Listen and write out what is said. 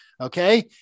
Okay